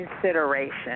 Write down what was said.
consideration